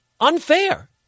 unfair